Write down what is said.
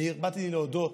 אני באתי להודות